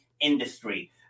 industry